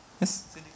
Yes